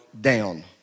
down